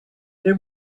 there